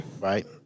Right